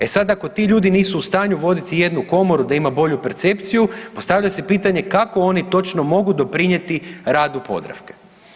E sad, ako ti ljudi nisu u stanju voditi jednu komoru da ima bolju percepciju postavlja se pitanje kako oni točno mogu doprinijeti radu Podravke.